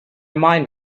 mind